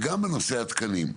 וגם בנושא התקנים.